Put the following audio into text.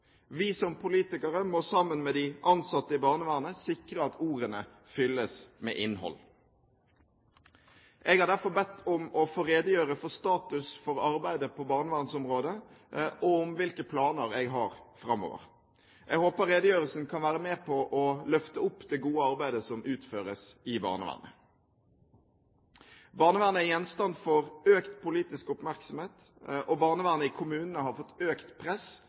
Vi som politikere må sammen med de ansatte i barnevernet sikre at ordene fylles med innhold. Jeg har derfor bedt om å få redegjøre for status for arbeidet på barnevernsområdet, og om hvilke planer jeg har framover. Jeg håper redegjørelsen kan være med på å løfte opp det gode arbeidet som utføres i barnevernet. Barnevernet er gjenstand for økt politisk oppmerksomhet, og barnevernet i kommunene har fått økt press